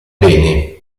bene